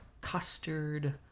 custard